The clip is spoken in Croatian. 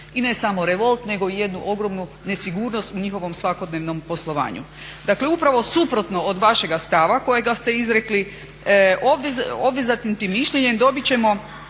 i ne samo revolt nego i jednu ogromnu nesigurnost u njihovom svakodnevnom poslovanju. Dakle upravo suprotno od vašega stava kojega ste izrekli, obvezatnim mišljenjem dobit ćemo